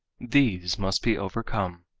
these must be overcome.